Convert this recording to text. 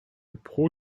pro